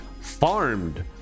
farmed